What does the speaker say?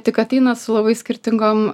tik ateina su labai skirtingom